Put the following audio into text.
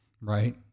right